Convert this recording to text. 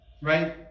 right